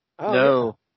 No